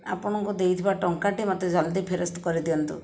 ଆପଣଙ୍କୁ ଦେଇଥିବା ଟଙ୍କାଟେ ମୋତେ ଜଲ୍ଦି ଫେରସ୍ତ କରିଦିଅନ୍ତୁ